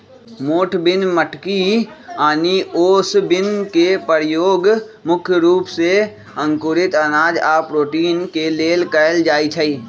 मोठ बिन मटकी आनि ओस बिन के परयोग मुख्य रूप से अंकुरित अनाज आ प्रोटीन के लेल कएल जाई छई